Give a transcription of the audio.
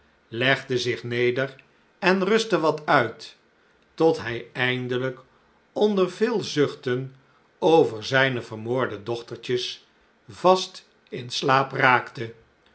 legde zich neder en rustte wat uit tot hij eindelijk onder veel zuchten over zijne vermoorde dochtertjes vast in slaap raakte